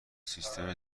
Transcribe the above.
سیستم